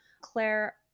Claire